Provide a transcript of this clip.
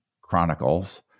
Chronicles